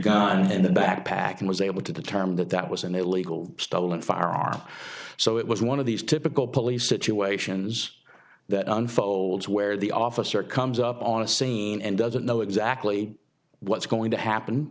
gun in the backpack and was able to the term that that was an illegal stolen firearm so it was one of these typical police situations that unfolds where the officer comes up on a scene and doesn't know exactly what's going to happen